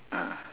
ah